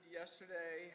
yesterday